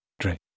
drink